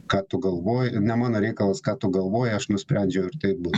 ką tu galvoji ne mano reikalas ką tu galvoji aš nusprendžiau ir taip bus